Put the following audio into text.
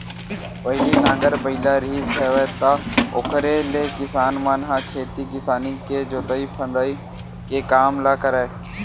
पहिली नांगर बइला रिहिस हेवय त ओखरे ले किसान मन ह खेती किसानी के जोंतई फंदई के काम ल करय